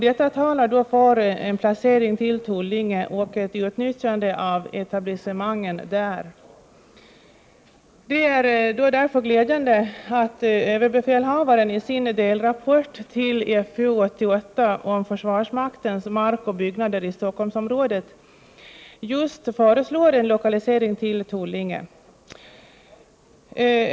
Detta talar för en placering i Tullinge och ett utnyttjande av etablissemangen där. Det är därför glädjande att överbefälhavaren i sin delrapport till FU88 om försvarsmaktens mark och byggnader i Stockholmsområdet just föreslår en lokalisering till Tullinge.